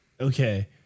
okay